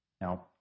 Now